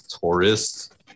tourists